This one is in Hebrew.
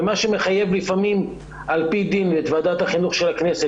ומה שמחייב לפעמים על פי דין את ועדת החינוך של הכנסת